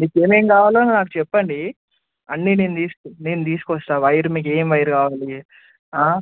మీకు ఏమేమి కావాలో నాకు చెప్పండి అన్ని నేను తీసు నేను తీసుకు వస్తాను వైర్ మీకు ఏమి వైర్ కావాలి